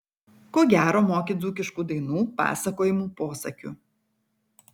ko gero moki dzūkiškų dainų pasakojimų posakių